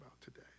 today